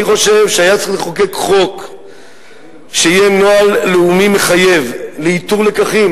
אני חושב שהיה צריך לחוקק חוק שיהיה נוהל לאומי מחייב לאיתור לקחים.